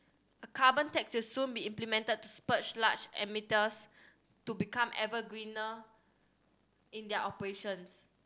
a carbon tax will soon be implemented to spur large emitters to become ever greener in their operations